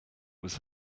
was